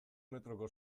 metroko